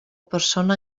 persona